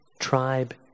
tribe